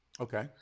Okay